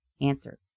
Answer